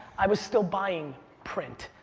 i was still buying print.